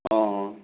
অঁ